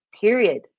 Period